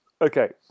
Okay